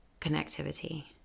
connectivity